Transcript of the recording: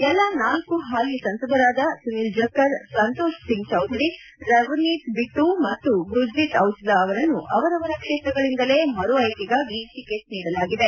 ಎಲ್ಲಾ ನಾಲ್ಕು ಹಾಲಿ ಸಂಸದರಾದ ಸುನೀಲ್ ಜಕ್ಕರ್ ಸಂತೋಷ್ ಸಿಂಗ್ ಚೌಧರಿ ರವನೀತ್ ಬಿಟ್ಲೂ ಮತ್ತು ಗುರುಜಿತ್ ಔಜ್ಲಾ ಅವರನ್ನು ಅವರವರ ಕ್ಷೇತ್ರಗಳಿಂದಲೇ ಮರು ಆಯ್ಕೆಯಾಗಾಗಿ ಟಿಕೆಟ್ ನೀಡಲಾಗಿದೆ